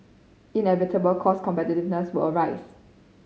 inevitable cost competitiveness would arise